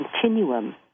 continuum